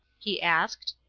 he asked.